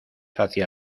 hacia